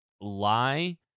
lie